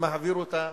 ומעביר אותה